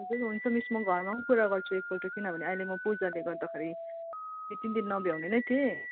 हजुर हुन्छ मिस म घरमा पनि कुरा गर्छु एकपल्ट किनभने अहिले म पूजाले गर्दाखेरि दुई तिन दिन नभ्याउने नै थिएँ